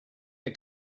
air